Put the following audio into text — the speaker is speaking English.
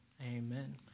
Amen